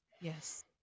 Yes